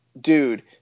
dude